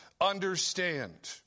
understand